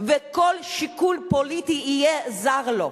ושכל שיקול פוליטי יהיה זר לו.